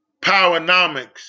Powernomics